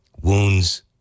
wounds